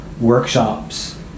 workshops